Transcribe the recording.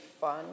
fun